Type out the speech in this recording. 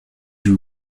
you